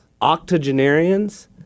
Octogenarians